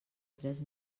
tres